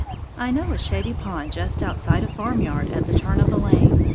i know a shady pond just outside a farm yard at the turn of a lane.